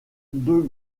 deux